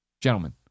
gentlemen